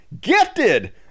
gifted